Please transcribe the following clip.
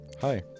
Hi